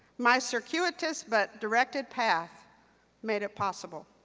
my circuitous but directed path made it possible.